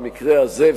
במקרה הזה,